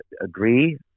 agree